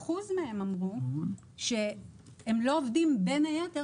ו-38% מהם אמרו שהם לא עובדים בין היתר